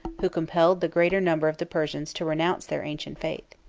who compelled the greater number of the persians to renounce their ancient faith.